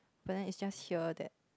but then it's just here that